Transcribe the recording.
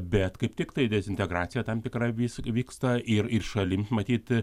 bet kaip tiktai dezintegracija tam tikra vis vyksta ir ir šalims matyt